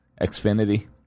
Xfinity